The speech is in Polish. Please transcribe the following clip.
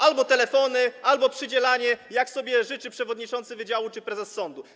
Albo telefony, albo przydzielanie, jak sobie życzy przewodniczący wydziału czy prezes sądu.